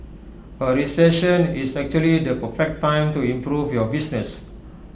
A recession is actually the perfect time to improve your business